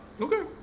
Okay